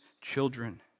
children